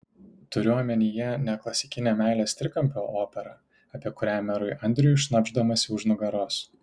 turiu omenyje ne klasikinę meilės trikampio operą apie kurią merui andriui šnabždamasi už nugaros